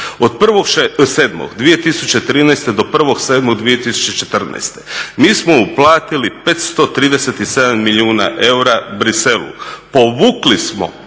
Od 1.7.2013. do 1.7.2014. mi smo uplatili 537 milijuna eura Bruxellesu. Povukli smo